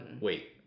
wait